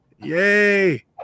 Yay